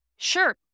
Sure